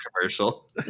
commercial